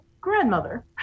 Grandmother